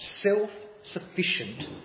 self-sufficient